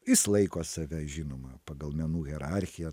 jis laiko save žinoma pagal menų hierarchiją